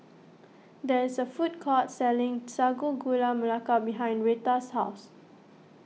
there is a food court selling Sago Gula Melaka behind Rheta's house